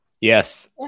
yes